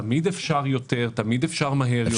תמיד אפשר יותר, תמיד אפשר מהר יותר.